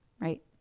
right